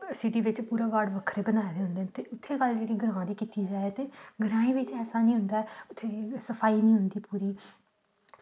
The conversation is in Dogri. सिटी बिच पूरे वार्ड बक्खरे बनाए दे होंदे ते उत्थें गल्ल जेकर ग्राएं दी कीती जाए ते ग्राएं बिच ऐसा निं होंदा ऐ उत्थें सफाई निं होंदी पूरी